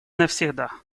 навсегда